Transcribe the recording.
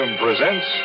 presents